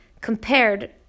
compared